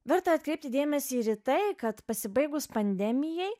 verta atkreipti dėmesį ir į tai kad pasibaigus pandemijai